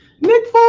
Nick